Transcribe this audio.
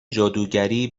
جادوگری